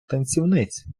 танцівниць